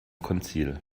konzil